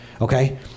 okay